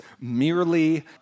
merely